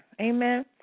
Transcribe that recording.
Amen